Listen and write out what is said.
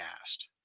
asked